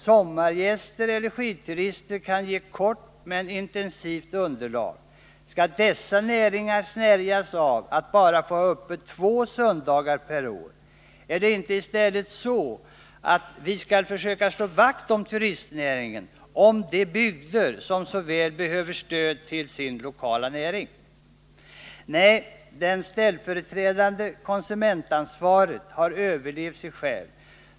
Sommargäster eller skidturister kan ge kortvarigt men intensivt underlag. Skall dessa näringar snärjas av att bara få ha öppet två söndagar per år? Är det inte i stället så att vi skall försöka slå vakt om turistnäringen — om de bygder som så väl behöver stöd till sin lokala näring? Nej, det ställföreträdande konsumentansvaret har överlevt sig självt.